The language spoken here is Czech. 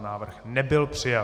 Návrh nebyl přijat.